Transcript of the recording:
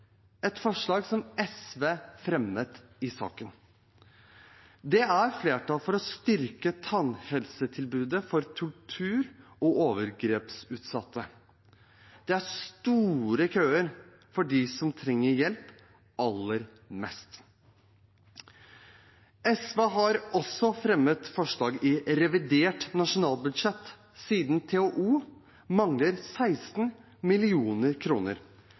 som SV har fremmet i saken. Det er flertall for å styrke tannhelsetilbudet for tortur- og overgrepsutsatte. Det er store køer for dem som trenger hjelp aller mest. SV har også fremmet forslag i forbindelse med revidert nasjonalbudsjett, fordi TOO mangler 16